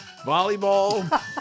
Volleyball